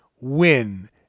win